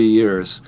years